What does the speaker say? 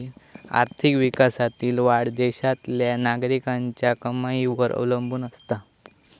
आर्थिक विकासातील वाढ देशातल्या नागरिकांच्या कमाईवर अवलंबून असता